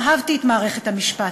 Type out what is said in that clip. אהבתי את מערכת המשפט,